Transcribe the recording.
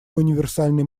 универсальной